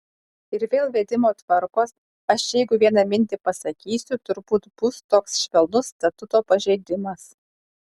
ir dėl vedimo tvarkos aš jeigu vieną mintį pasakysiu turbūt bus toks švelnus statuto pažeidimas